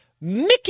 mickey